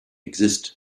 exist